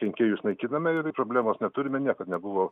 kenkėjus naikiname ir problemos neturime niekad nebuvo